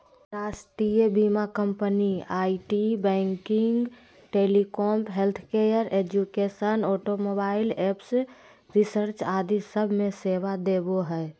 राष्ट्रीय बीमा company IT, banking, telecom, healthcare, education, automobile, space research आदि सब मे सेवा देवो हय